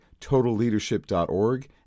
totalleadership.org